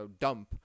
dump